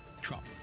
Trump